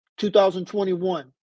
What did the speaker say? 2021